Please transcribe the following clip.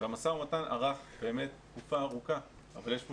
המשא ומתן ארך תקופה ארוכה אבל יש כאן